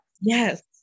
Yes